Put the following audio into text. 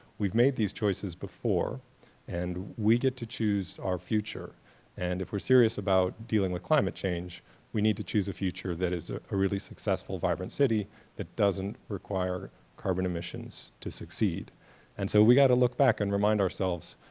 we've made these choices before and we get to choose our future and if we're serious about dealing with climate change we need to choose a future that is ah a really successful vibrant city that doesn't require carbon emissions to succeed and so we've got to look back and remind ourselves,